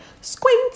squint